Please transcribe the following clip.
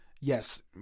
yes